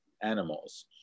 animals